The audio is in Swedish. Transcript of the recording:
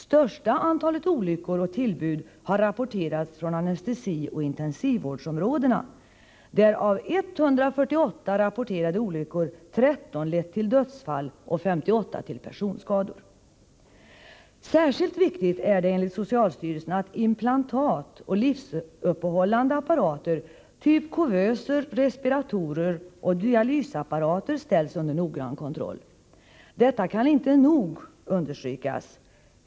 Största antalet olyckor och tillbud har rapporterats från anestesioch intensivvårdsområdena, där av 148 rapporterade olyckor 13 lett till dödsfall och 58 till personskador. Särskilt viktigt är det enligt socialstyrelsen att implantat och livsuppehållande apparater, typ kuvöser, respiratorer och dialysapparater, ställs under noggrann kontroll. Detta kan inte nog understrykas.